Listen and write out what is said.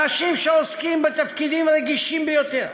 אנשים שעוסקים בתפקידים רגישים ביותר,